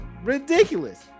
ridiculous